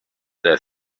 their